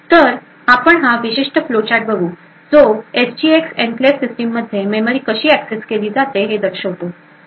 तर आपण हा विशिष्ट फ्लो चार्ट बघू जो एसजीएक्स एन्क्लेव्ह सिस्टममध्ये मेमरी कशी एक्सेस केली जाते हे दर्शवतो